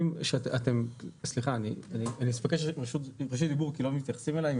אני מבקש את רשות הדיבור כי לא מתייחסים אלי.